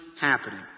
happening